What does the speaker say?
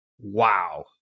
Wow